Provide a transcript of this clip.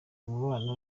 mubano